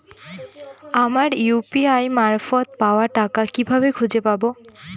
আমার ইউ.পি.আই মারফত পাওয়া টাকা কিভাবে খুঁজে পাব?